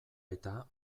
eta